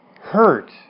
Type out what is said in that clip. hurt